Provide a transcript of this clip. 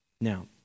Now